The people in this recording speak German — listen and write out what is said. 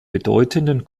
bedeutenden